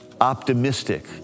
optimistic